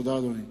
תודה, אדוני.